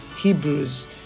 Hebrews